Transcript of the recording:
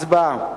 הצבעה.